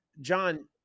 John